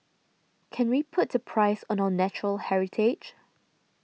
can we put a price on our natural heritage